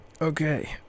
Okay